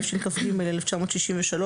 תשכ"ג-1963,